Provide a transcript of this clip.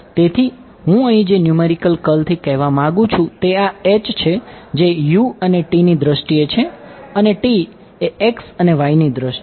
તેથી હું અહીં જે ન્યૂમેરિકલ કર્લથી કહેવા માંગું છું તે આ છે જે અને ની દ્રષ્ટિએ છે અને એ x અને y ની દ્રષ્ટિએ